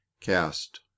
cast